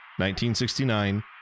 1969